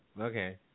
okay